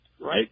right